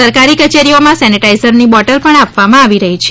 સરકારી કચેરીઓમાં સેનેટાઈઝરની બોટલ પણ આપવામાં આવી રહી છે